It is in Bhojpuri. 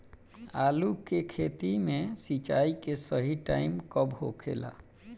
आलू के खेती मे सिंचाई के सही टाइम कब होखे ला?